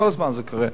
כל הזמן זה קורה.